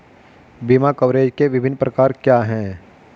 बीमा कवरेज के विभिन्न प्रकार क्या हैं?